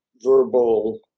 verbal